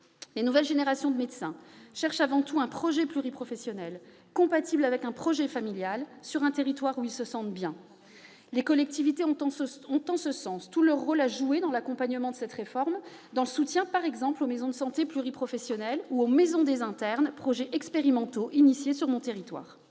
Les nouvelles générations de médecins cherchent avant tout un projet pluriprofessionnel, compatible avec un projet familial, sur un territoire où ils se sentent bien. Les collectivités territoriales ont à cet égard tout leur rôle à jouer dans l'accompagnement de cette réforme, par exemple par le soutien aux maisons de santé pluriprofessionnelles ou aux maisons des internes, projets expérimentaux engagés sur mon territoire.